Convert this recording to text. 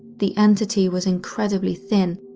the entity was incredibly thin,